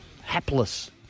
hapless